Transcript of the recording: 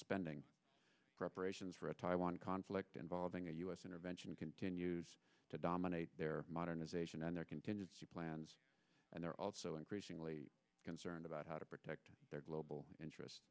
spending preparations for a taiwan conflict involving a us intervention continues to dominate their modernization and their contingency plans and they're also increasingly concerned about how to protect their global interest